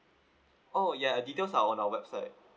oh yeah details are on our website